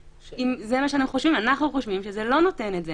גאג אנחנו רוצים בסעיף 8(א)(1),